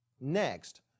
Next